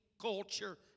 culture